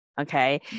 okay